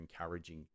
encouraging